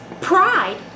Pride